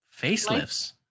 facelifts